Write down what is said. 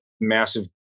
massive